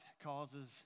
causes